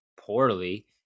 poorly